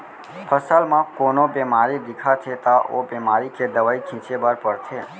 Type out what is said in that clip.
फसल म कोनो बेमारी दिखत हे त ओ बेमारी के दवई छिंचे बर परथे